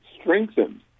strengthened